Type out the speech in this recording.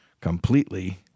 completely